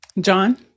John